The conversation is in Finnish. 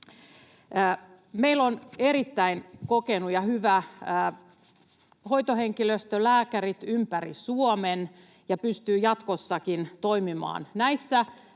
Meillä on erittäin kokenut ja hyvä hoitohenkilöstö, lääkärit ympäri Suomen, joka pystyy jatkossakin toimimaan näissä